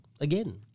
Again